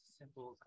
simple